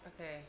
okay